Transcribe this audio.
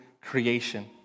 creation